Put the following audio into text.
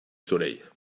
soleil